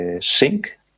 sync